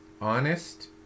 honest